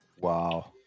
Wow